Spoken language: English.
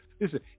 listen